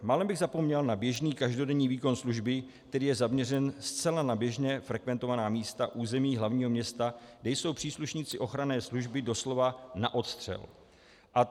Málem bych zapomněl na běžný každodenní výkon služby, který je zaměřen zcela na běžně frekventovaná místa území hlavního města, kde jsou příslušníci ochranné služby doslova na odstřel.